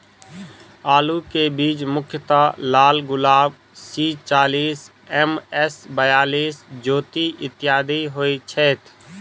आलु केँ बीज मुख्यतः लालगुलाब, सी चालीस, एम.एस बयालिस, ज्योति, इत्यादि होए छैथ?